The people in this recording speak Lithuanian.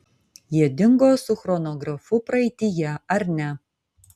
jie dingo su chronografu praeityje ar ne